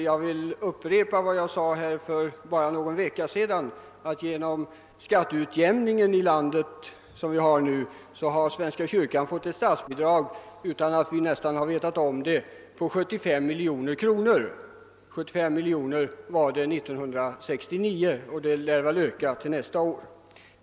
Jag upprepar vad jag sade för bara någon vecka sedan, att genom den nuvarande skatteutjämningen i landet har svenska kyrkan, nästan utan att vi vetat om det, fått ett statsbidrag på 75 miljoner kronor under år 1969, och det lär väl öka till nästa år.